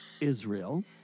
Israel